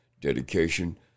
dedication